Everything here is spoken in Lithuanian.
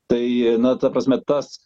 tai na ta prasme tas